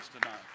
tonight